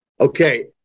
Okay